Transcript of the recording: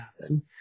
happen